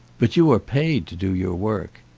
but you are paid to do your work.